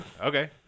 Okay